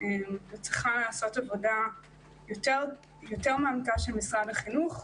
וצריכה להיעשות עבודה יותר מעמיקה של משרד החינוך,